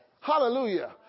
Hallelujah